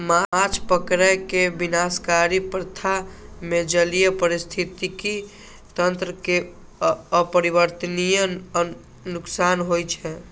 माछ पकड़ै के विनाशकारी प्रथा मे जलीय पारिस्थितिकी तंत्र कें अपरिवर्तनीय नुकसान होइ छै